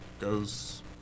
goes